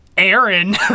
Aaron